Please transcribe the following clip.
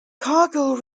cargill